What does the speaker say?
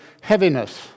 heaviness